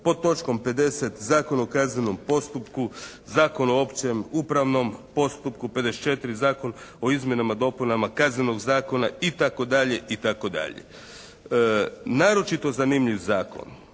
Pod točkom 50. Zakon o kaznenom postupku, Zakon o općem upravnom postupku, 54. Zakon o izmjenama i dopunama Kaznenog zakona i tako dalje i tako dalje. Naročito zanimljiv zakon